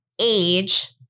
age